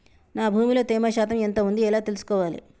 నా భూమి లో తేమ శాతం ఎంత ఉంది ఎలా తెలుసుకోవాలే?